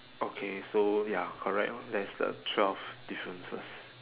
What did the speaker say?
okay so ya correct lor that is the twelve differences